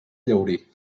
llaurí